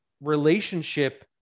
relationship